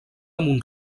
mont